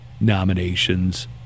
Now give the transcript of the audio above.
nominations